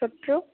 ସେଠୁ